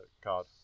card